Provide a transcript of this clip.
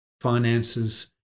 finances